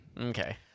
Okay